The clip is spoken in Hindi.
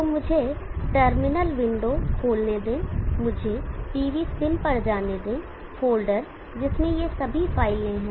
तो मुझे टर्मिनल विंडो खोलने दें मुझे pvsim पर जाने दें फ़ोल्डर जिसमें ये सभी फाइलें हैं